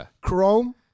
Chrome